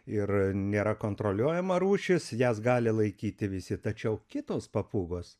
ir nėra kontroliuojama rūšis jas gali laikyti visi tačiau kitos papūgos